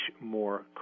more